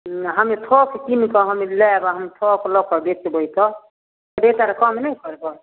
हमे थोक कीनिकऽ हमे लाएब आओर हम थोक लऽ कऽ बेचबै तऽ दुइओ चारि कम नहि करबै